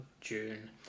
June